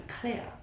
clear